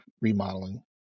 remodeling